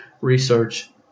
research